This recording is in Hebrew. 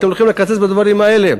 אתם הולכים לקצץ בדברים האלה.